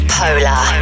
polar